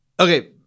Okay